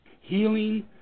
healing